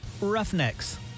Roughnecks